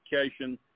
education